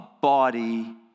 body